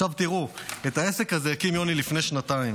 עכשיו תראו, את העסק הזה הקים יוני לפני שנתיים.